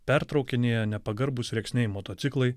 pertraukinėja nepagarbūs rėksniai motociklai